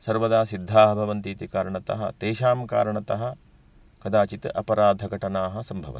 सर्वदा सिद्धाः भवन्ति इति कारणतः तेषां कारणतः कदाचित् अपराधघटनाः सम्भवन्ति